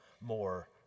more